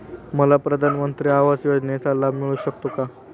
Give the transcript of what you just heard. मला प्रधानमंत्री आवास योजनेचा लाभ मिळू शकतो का?